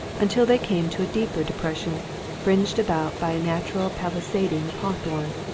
until they came to a deeper depression fringed about by a natural palisading of hawthorn.